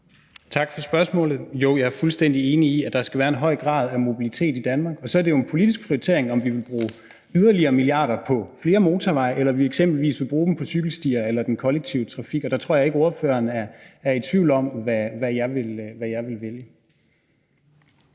Tak for spørgsmålet. Jeg er fuldstændig enig i, at der skal være en høj grad af mobilitet i Danmark. Så er det jo en politisk prioritering, om vi vil bruge yderligere milliarder på flere motorveje, eller om vi eksempelvis vil bruge dem på cykelstier og den kollektive trafik. Og jeg tror ikke, at ordføreren er i tvivl om, hvad jeg vil vælge.